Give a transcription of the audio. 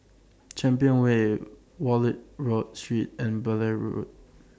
Champion Way Wallich Road Street and Blair Road